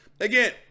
Again